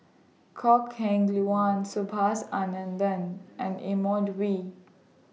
Kok Heng Leun Subhas Anandan and Edmund Wee